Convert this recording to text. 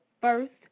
first